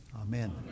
Amen